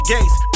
Gates